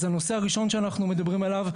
אז הנושא הראשון שאנחנו מדברים עליו,